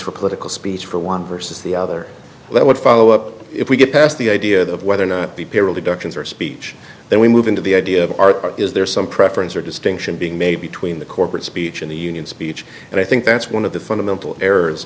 for political speech for one versus the other that would follow up if we get past the idea of whether or not the payroll deductions are speech then we move into the idea of are is there some preference or distinction being made between the corporate speech and the union speech and i think that's one of the fundamental errors